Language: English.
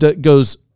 goes